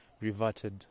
reverted